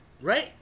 Right